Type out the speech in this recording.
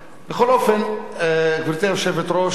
בכל אופן, גברתי היושבת-ראש,